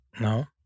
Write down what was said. No